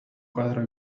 koadro